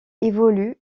évolue